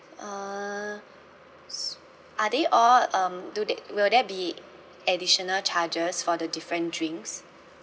uh s~ are they all um do that will there be additional charges for the different drinks